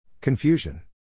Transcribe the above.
Confusion